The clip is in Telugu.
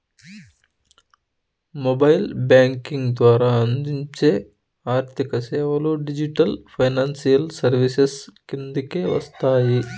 మొబైల్ బ్యాంకింగ్ ద్వారా అందించే ఆర్థిక సేవలు డిజిటల్ ఫైనాన్షియల్ సర్వీసెస్ కిందకే వస్తాయి